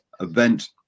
event